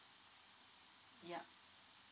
yup